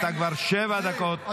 כבר שבע דקות אתה מדבר.